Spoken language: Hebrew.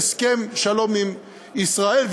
בהסכם שלום עם ישראל,